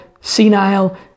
senile